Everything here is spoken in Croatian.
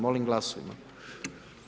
Molim glasujmo.